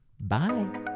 bye